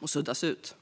De suddas ut.